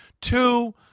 Two